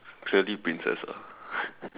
really princess ah